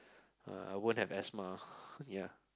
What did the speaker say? uh I won't have asthma ya